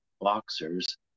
boxers